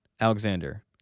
Alexander